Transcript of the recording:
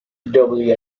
doubly